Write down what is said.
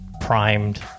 primed